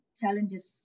challenges